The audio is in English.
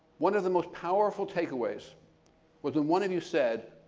one of the most powerful takeaways was when one of you said,